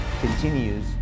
continues